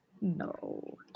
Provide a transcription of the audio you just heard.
No